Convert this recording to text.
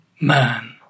man